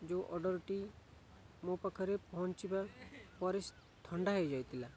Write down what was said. ଯେଉଁ ଅର୍ଡ଼ରଟି ମୋ ପାଖରେ ପହଞ୍ଚିବା ପରେ ଥଣ୍ଡା ହେଇଯାଇଥିଲା